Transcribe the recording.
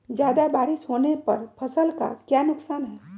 ज्यादा बारिस होने पर फसल का क्या नुकसान है?